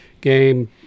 game